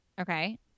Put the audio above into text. Okay